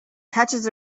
patches